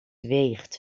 weegt